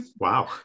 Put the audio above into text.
Wow